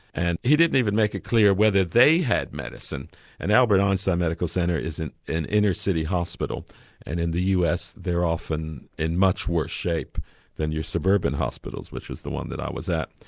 and he didn't even make it clear whether they had medicine and albert einstein medical centre is an inner city hospital and in the us they are often in much worse shape than your suburban hospitals which was the one that i was at.